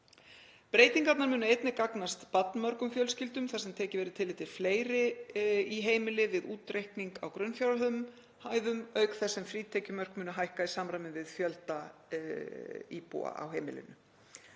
Breytingarnar munu einnig gagnast barnmörgum fjölskyldum þar sem tekið verður tillit til fleiri í heimili við útreikning á grunnfjárhæðum auk þess sem frítekjumörk munu hækka í samræmi við fjölda íbúa á heimilinu.